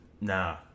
Nah